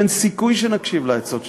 אין סיכוי שנקשיב לעצות שלכם.